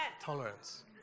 Tolerance